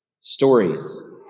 stories